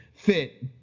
fit